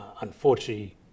Unfortunately